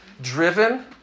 driven